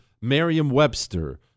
Merriam-Webster